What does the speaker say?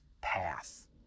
path